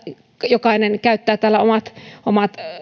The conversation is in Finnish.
jokainen käyttää täällä omat omat